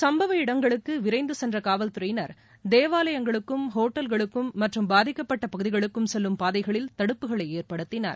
சம்பவ இடங்களுக்கு விரைந்து சென்ற காவல்துறையினர் தேவாலயங்களுக்கும் ஹோட்டல்களுக்கும் மற்றும் பாதிக்கப்பட்ட பகுதிகளுக்கும் செல்லும் பாதைகளில் தடுப்புகளை ஏற்படுத்தினர்